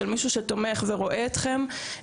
של מישהו שתומך ורואה אתכם,